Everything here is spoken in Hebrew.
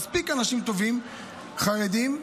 חרדים,